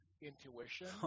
intuition